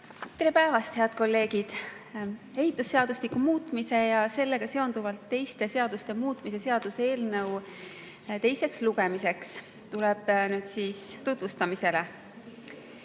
Tere päevast, head kolleegid! Ehitusseadustiku muutmise ja sellega seonduvalt teiste seaduste muutmise seaduse eelnõu teiseks lugemiseks tuleb nüüd tutvustamisele.